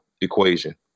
equation